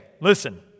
listen